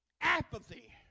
Apathy